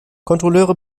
kontrolleure